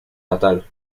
natal